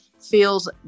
feels